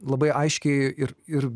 labai aiškiai ir ir